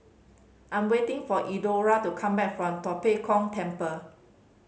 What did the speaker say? I'm waiting for Elenora to come back from Tua Pek Kong Temple